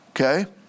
okay